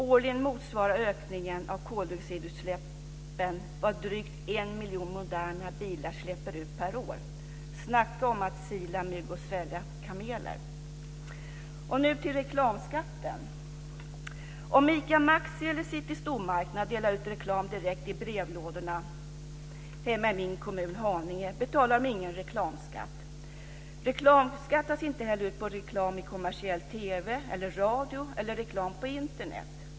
Årligen motsvarar ökningen av koldioxidutsläppen det som drygt en miljon moderna bilar släpper ut per år. Snacka om att sila mygg och svälja kameler! Nu går jag över till att tala om reklamskatten. Om ICA Maxi eller City Stormarknad delar ut reklam direkt i brevlådorna hemma i min kommun, Haninge, så betalar de ingen reklamskatt. Reklamskatt tas inte heller ut på reklam i kommersiell TV eller radio eller på Internet.